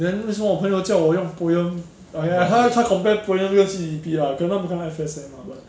then 为什么我朋友叫我用 poem !aiya! 他他 compare poem 跟 C_D_P ah 可能他比较 high S_M ah but